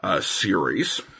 series